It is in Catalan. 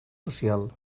social